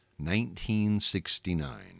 1969